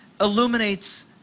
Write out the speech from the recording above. illuminates